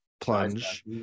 plunge